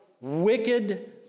wicked